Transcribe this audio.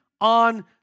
on